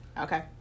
Okay